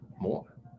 more